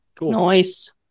Nice